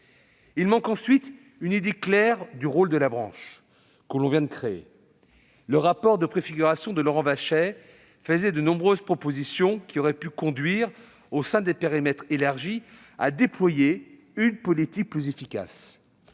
Il manque ensuite une idée claire du rôle de la branche que l'on vient de créer. Le rapport de préfiguration de Laurent Vachey faisait de nombreuses propositions, qui auraient pu conduire, au sein d'un périmètre élargi, à déployer une politique plus efficace.